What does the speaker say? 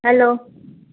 hello